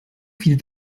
viel